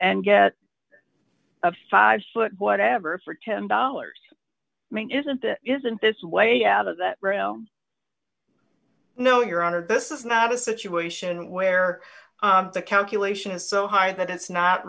and get a five foot whatever for ten dollars i mean isn't it isn't this way out of that realm no your honor this is not a situation where the calculation is so high that it's not